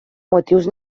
motius